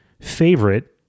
favorite